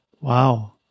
Wow